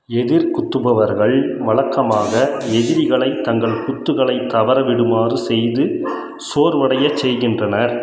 எதிர் குத்துபவர்கள் வழக்கமாக எதிரிகளைத் தங்கள் குத்துகளை தவற விடுமாறு செய்து சோர்வடையச் செய்கின்றனர்